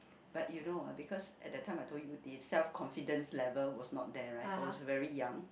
but you know ah because at that time I told you the self confidence level was not there right I was very young